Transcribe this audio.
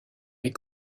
les